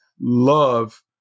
love –